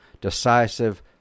decisive